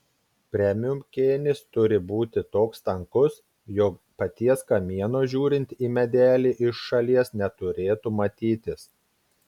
premium kėnis turi būti toks tankus jog paties kamieno žiūrint į medelį iš šalies neturėtų matytis